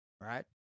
right